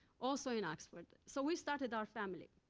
also in oxford. so, we started our family.